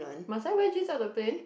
must I wear jeans up the plane